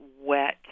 wet